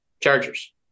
Chargers